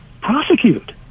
prosecute